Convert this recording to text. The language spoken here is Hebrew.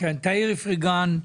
תאיר איפרגן,